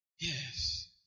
Yes